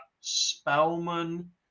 Spellman